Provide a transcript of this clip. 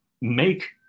make